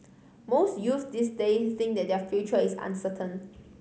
most youths this day think that their future is uncertain